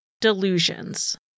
delusions